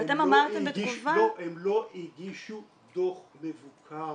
ואתם אמרתם בתגובה --- הם לא הגישו דוח מבוקר,